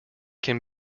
can